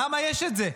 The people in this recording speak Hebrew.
למה יש את זה?